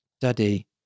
daddy